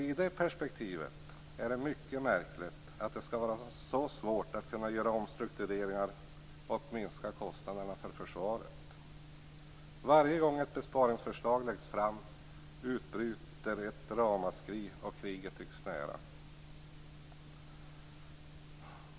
I det perspektivet är det mycket märkligt att det skall vara så svårt att göra omstruktureringar och minska kostnaderna för försvaret. Varje gång ett besparingsförslag läggs fram utbryter ett ramaskri och kriget tycks nära.